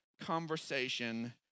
conversation